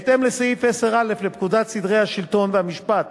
בהתאם לסעיף 10א לפקודת סדרי השלטון והמשפט,